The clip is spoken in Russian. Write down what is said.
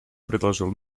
предложил